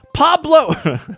Pablo